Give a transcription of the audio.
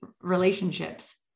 relationships